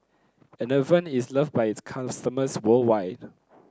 enervon is loved by its customers worldwide